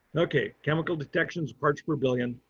okay, chemical detections parts per billion.